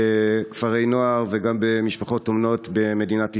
בכפרי נוער וגם במשפחות אומנות במדינת ישראל.